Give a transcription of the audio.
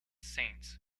saints